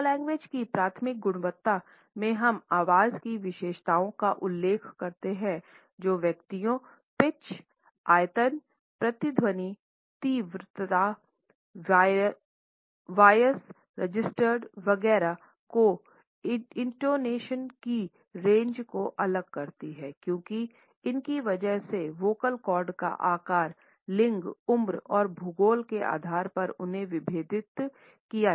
paralanguage की प्राथमिक गुणवत्ता में हम आवाज़ की विशेषताओं का उल्लेख करते हैं जो व्यक्तियों पिच आयतन प्रतिध्वनि तीव्रता वॉयस रजिस्टर वगैरह की इंटोनेशन की रेंज को अलग करती है क्योंकि इनकी वजह से वोकल कॉर्ड का आकार लिंग उम्र और भूगोल के आधार पर उन्हें विभेदित किया जाता है